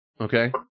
okay